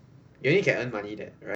you only can earn money there right